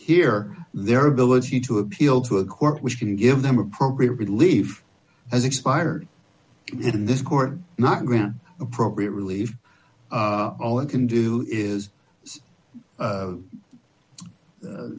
here their ability to appeal to a court which can give them appropriate relief as expired in this court not grant appropriate relief all it can do is